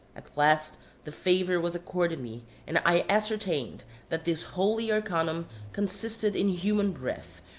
at last the favour was accorded me, and i ascertained that this holy arcanum consisted in human breath,